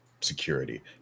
security